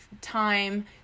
time